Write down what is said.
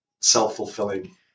self-fulfilling